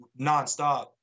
nonstop